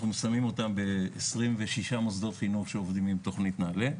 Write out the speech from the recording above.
שמים אותם ב-26 מוסדות חינוך שעובדים עם תוכנית נעל"ה.